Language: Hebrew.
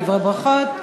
דברי ברכות.